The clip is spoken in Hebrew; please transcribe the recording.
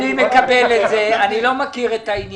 אני מקבל את זה, אני לא מכיר את העניין.